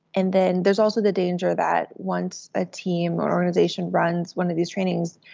and then there's also the danger that once a team or organization runs one of these trainings,